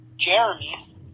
Jeremy